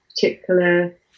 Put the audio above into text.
particular